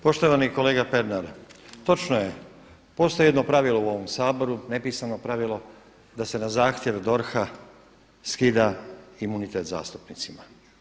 Poštovani kolega Pernar, točno je postoji jedno pravilo u ovom Saboru, nepisano pravilo da se na zahtjev DORH-a skida imunitet zastupnicima.